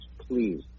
please